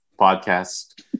podcast